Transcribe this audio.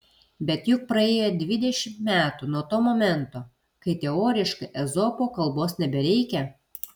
bet juk praėjo dvidešimt metų nuo to momento kai teoriškai ezopo kalbos nebereikia